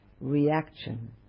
reaction